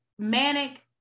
Manic